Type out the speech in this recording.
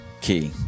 key